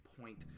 point